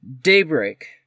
Daybreak